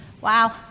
Wow